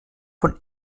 von